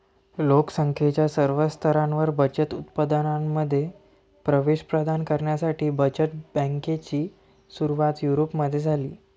लोक संख्येच्या सर्व स्तरांवर बचत उत्पादनांमध्ये प्रवेश प्रदान करण्यासाठी बचत बँकेची सुरुवात युरोपमध्ये झाली